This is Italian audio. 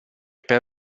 per